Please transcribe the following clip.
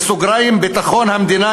ביטחון המדינה,